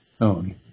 own